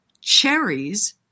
cherries